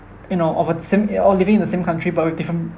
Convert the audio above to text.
you know of a sim~ and or living in the same country but with different